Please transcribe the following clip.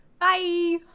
Bye